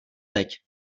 teď